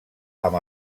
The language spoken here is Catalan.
amb